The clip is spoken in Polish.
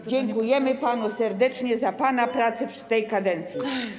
Dziękujemy panu serdecznie za pana pracę w tej kadencji.